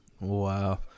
wow